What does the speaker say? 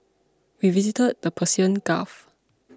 we visited the Persian Gulf